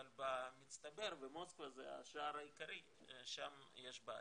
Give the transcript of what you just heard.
אבל במצטבר במוסקבה, זה השער העיקרי, שם יש בעיה.